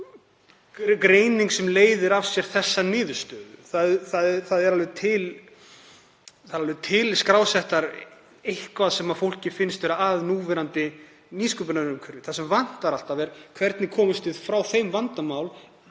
ekki greining sem leiðir af sér þessa niðurstöðu. Það er alveg til eitthvað skrásett sem fólki finnst vera að núverandi nýsköpunarumhverfi. Það sem vantar alltaf er: Hvernig komumst við frá þeim vandamálum